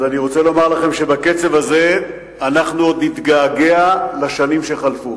אז אני רוצה לומר לכם שבקצב הזה אנחנו עוד נתגעגע לשנים שחלפו.